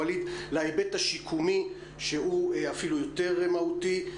ווליד להיבט השיקומי שהוא אפילו יותר מהותי.